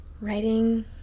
writing